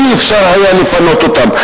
אי-אפשר היה לפנות אותם.